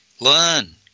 Learn